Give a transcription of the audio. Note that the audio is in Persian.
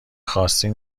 خواستین